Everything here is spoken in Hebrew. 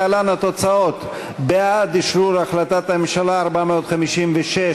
להלן התוצאות: בעד אשרור החלטת הממשלה מס' 456,